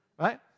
right